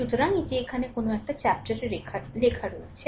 সুতরাং এটি এখানে কোন চ্যাপ্টারে লেখা আছে